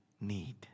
need